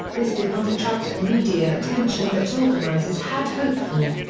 this did not attract the media attention that organizers had hoped for.